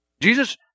Jesus